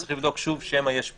צריכים לבדוק שוב שמא יש פער.